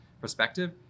perspective